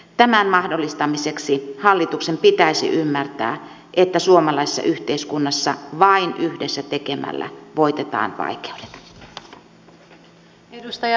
tämän mahdollistamiseksi hallituksen pitäisi ymmärtää että suomalaisessa yhteiskunnassa vain yhdessä tekemällä voitetaan vaikeudet